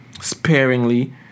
sparingly